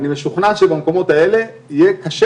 אני משוכנע שבמקומות האלה יהיה קשה